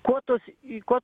kuo tos kuo